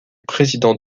président